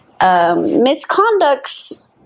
Misconducts